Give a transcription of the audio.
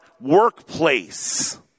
workplace